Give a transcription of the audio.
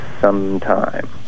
sometime